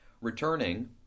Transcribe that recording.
Returning